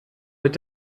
mit